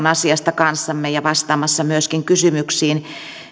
asiasta kanssamme ja vastaamassa myöskin kysymyksiin